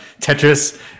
Tetris